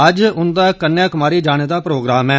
अज्ज उंदा कन्याकुमारी जाने दा कार्यक्रम ऐ